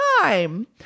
time